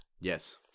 Yes